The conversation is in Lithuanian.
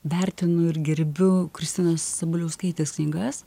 vertinu ir gerbiu kristinos sabaliauskaitės knygas